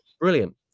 brilliant